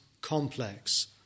complex